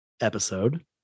episode